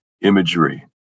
imagery